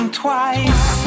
twice